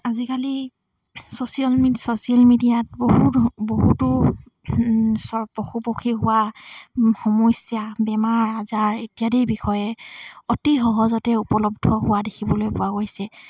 আজিকালি social social মিডিয়াত বহুত বহুতো পশু পক্ষী হোৱা সমস্যা বেমাৰ আজাৰ ইত্যাদিৰ বিষয়ে অতি সহজতে উপলব্ধ হোৱা দেখিবলৈ পোৱা গৈছে